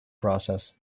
process